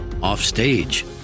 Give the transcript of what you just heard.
Offstage